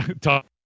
talk